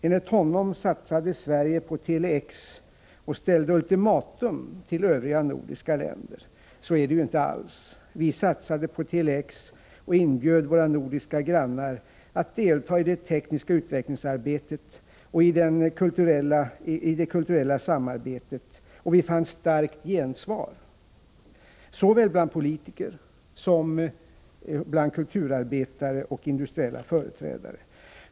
Enligt honom satsade Sverige på Tele-X och ställde ett ultimatum till övriga nordiska länder. Så var detinte alls. Vi satsade på Tele-X och inbjöd våra nordiska grannar att delta i det tekniska utvecklingsarbetet och i det kulturella samarbetet, och vi fann ett starkt gensvar, såväl bland politiker som bland kulturarbetare och industriella företrädare.